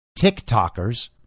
TikTokers